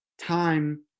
time